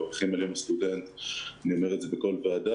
צריך סטנדרט מסוים למי שנותנים לו הלוואה,